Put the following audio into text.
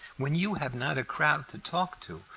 when you have not a crowd to talk to,